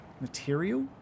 material